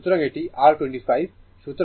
সুতরাং এটি r 25